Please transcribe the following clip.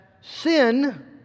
Sin